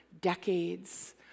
decades